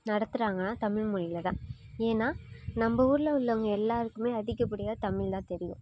நடத்துகிறாங்கனா தமிழ் மொழியிலதான் ஏன்னால் நம்ம ஊரில் உள்ளவங்க எல்லாேருக்குமே அதிபடியாக தமிழ்தான் தெரியும்